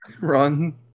Run